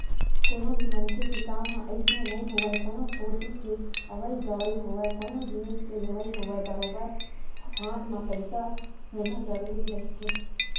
कोनो भी मनखे के काम ह अइसने नइ होवय कोनो कोती के अवई जवई होवय कोनो जिनिस के लेवई होवय बरोबर हाथ म पइसा होना जरुरी रहिथे